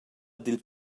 dil